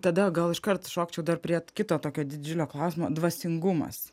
tada gal iškart šokčiau dar prie kito tokio didžiulio klausimo dvasingumas